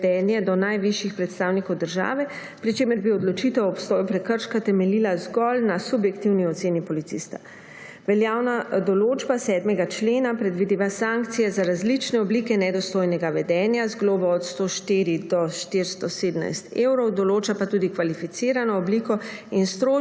vedenje do najvišjih predstavnikov države, pri čemer bi odločitev o obstoju prekrška temeljila zgolj na subjektivni oceni policista. Veljavna določba 7. člena predvideva sankcije za različne oblike nedostojnega vedenja z globo od 104 do 417 evrov, določa pa tudi kvalificirano obliko in strožje